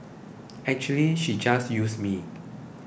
actually she just used me